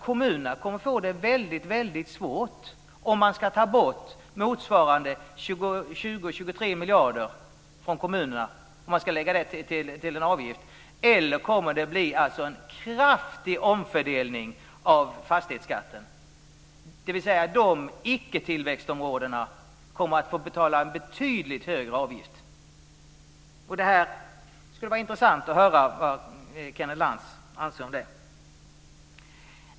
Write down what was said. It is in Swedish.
Kommunerna kommer att få det väldigt svårt om man ska ta bort motsvarande 20-23 miljarder från dem och lägga det som en avgift. Det kommer att bli en kraftig omfördelning av fastighetsskatten. Icketillväxt-områdena kommer att få betala en betydligt högre avgift. Det skulle vara intressant att höra vad Kenneth Lantz anser om det.